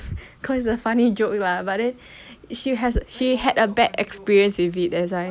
cause it's a funny joke lah but then she has she had a bad experience with it as I